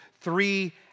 Three